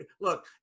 look